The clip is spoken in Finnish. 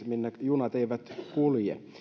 minne junat eivät kulje